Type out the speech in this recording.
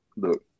look